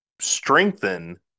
strengthen